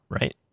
right